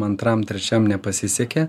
antram trečiam nepasisekė